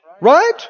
Right